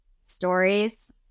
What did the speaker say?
stories